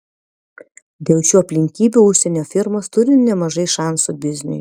dėl šių aplinkybių užsienio firmos turi nemažai šansų bizniui